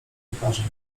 lekarzem